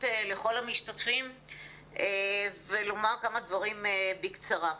לכל המשתתפים ולומר כמה דברים בקצרה.